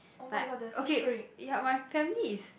like okay ya my family is